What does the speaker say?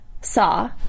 Saw